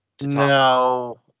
No